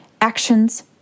actions